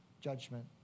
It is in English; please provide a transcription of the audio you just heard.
judgment